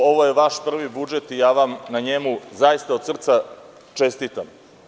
Ovo je vaš prvi budžet i ja vam na njemu zaista od srca čestitam.